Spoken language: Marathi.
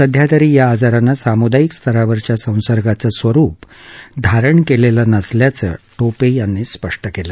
सध्यातरी या आजारानं साम्दायिक स्तरावरच्या संसर्गाचं स्वरुप धारण केलेलं नसल्याचंही ोपे यांनी स्पष् केलं